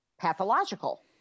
pathological